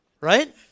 Right